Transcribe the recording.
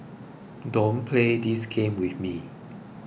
don't play this game with me